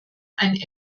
ein